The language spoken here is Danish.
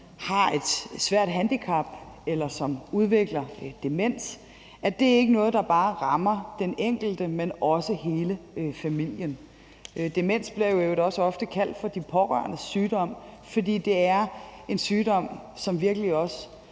har et svært handicap, eller som udvikler demens, ikke noget, der bare rammer den enkelte, men også hele familien. Demens bliver i øvrigt også ofte kaldt for de pårørendes sygdom, fordi det er en sygdom, som virkelig også